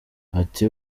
ati